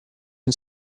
can